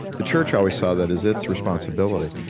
the church always saw that as its responsibility.